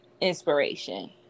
inspiration